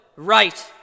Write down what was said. right